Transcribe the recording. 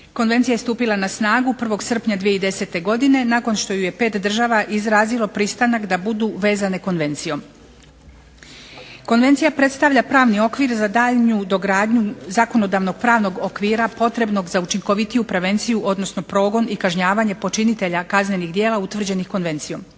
Konvencija je stupila na snagu 1. srpnja 2010. godine nakon što ju je pet država izrazilo pristanak da budu vezane konvencijom. Konvencija predstavlja pravni okvir za daljnju dogradnju zakonodavnog pravnog okvira potrebnog za učinkovitiju prevenciju, odnosno progon i kažnjavanje počinitelja kaznenih djela utvrđenih konvencijom.